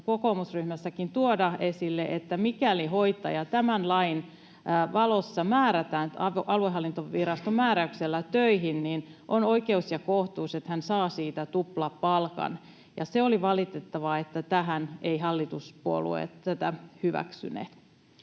kokoomusryhmässäkin tuoda esille tämän palkan, että mikäli hoitaja tämän lain valossa määrätään nyt aluehallintoviraston määräyksellä töihin, niin on oikeus ja kohtuus, että hän saa siitä tuplapalkan. Ja se oli valitettavaa, että hallituspuolueet eivät tätä hyväksyneet.